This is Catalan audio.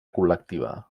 col·lectiva